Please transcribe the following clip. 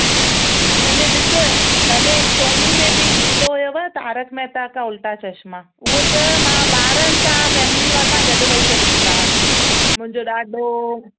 हा इन में ॾिसु भले सोनी में बि ईंदो हुयव तारक महेता का उल्टा चशमां उहो त मां ॿारनि सां फ़ैमिली असां गॾु वेही करे ॾिसंदा हुआसीं मुंहिंजो ॾाॾो